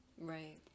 Right